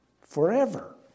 forever